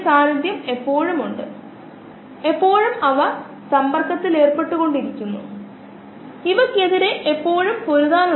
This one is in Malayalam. ഉചിതമായ ബയോ റിയാക്ടറുകളിൽ കൃത്രിമമായി ഉൽപാദിപ്പിക്കുന്ന നിരവധി വ്യത്യസ്ത അവയവങ്ങൾ ഇപ്പോൾ നമ്മുടെ പക്കലുണ്ട്